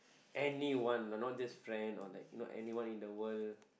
anyone but not just friend or like not anyone in the world